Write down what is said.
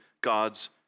God's